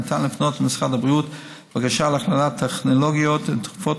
ניתן לפנות למשרד הבריאות בבקשה להכללת טכנולוגיות ותרופות